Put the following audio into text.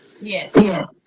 yes